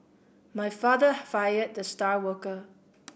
my father fired the star worker